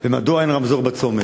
2. מדוע אין רמזור בצומת?